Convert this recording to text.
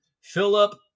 Philip